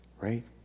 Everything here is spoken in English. right